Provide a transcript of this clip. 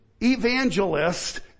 evangelist